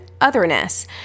otherness